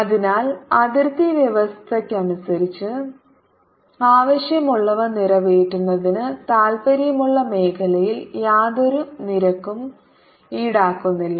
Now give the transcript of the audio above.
അതിനാൽ അതിർത്തി വ്യവസ്ഥകൾക്കനുസൃതമായി ആവശ്യമുള്ളവ നിറവേറ്റുന്നതിന് താൽപ്പര്യമുള്ള മേഖലയിൽ യാതൊരു നിരക്കും ഈടാക്കുന്നില്ല